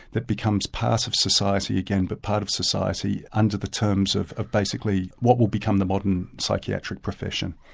that becomes part of society again, but part of society under the terms of of basically what will become the modern psychiatric profession.